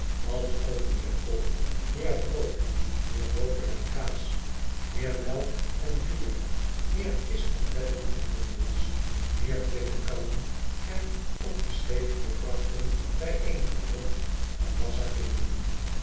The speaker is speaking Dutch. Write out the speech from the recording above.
alsook meer kool meer brood meer boter en kaas meer melk en bier meer kisten bedden en bundels meer tinnen kannen en op die scheepsbevrachting bijeengehoopt een massa kinderen